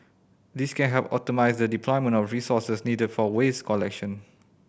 this can help optimise the deployment of resources needed for waste collection